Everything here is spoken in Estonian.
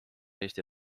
eesti